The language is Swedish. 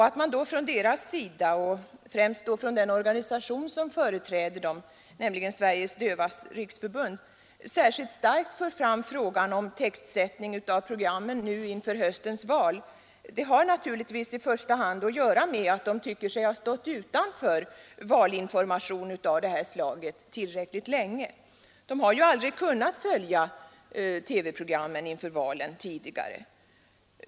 Att man från deras sida och främst från den organisation som företräder dem, Sveriges dövas riksförbund, särskilt starkt för fram frågan om textsättning av programmen inför höstens val beror naturligtvis i första hand på att man tycker sig ha stått utanför valinformation av det här slaget tillräckligt länge. De har aldrig kunnat följa TV-programmen inför valen tidigare.